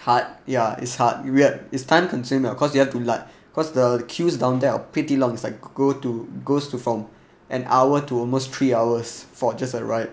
hard yeah it's hard weird it's time consuming of course you have to like cause the queues down there are pretty long like go to goes to from an hour to almost three hours for just the ride